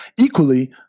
Equally